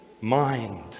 mind